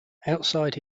outside